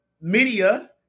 media